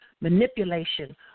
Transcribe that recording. Manipulation